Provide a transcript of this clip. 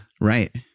Right